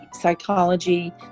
psychology